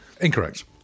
Incorrect